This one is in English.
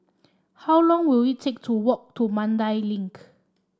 how long will it take to walk to Mandai Link